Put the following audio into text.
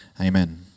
Amen